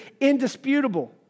indisputable